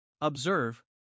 Observe